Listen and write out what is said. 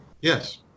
Yes